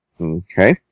Okay